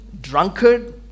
drunkard